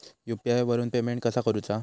UPI वरून payment कसा करूचा?